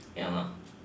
ya ma